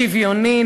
שוויוני,